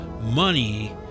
money